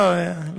לא, לא צריך.